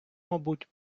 мабуть